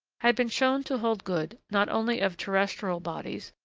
had been shown to hold good not only of terrestrial bodies,